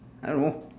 I don't know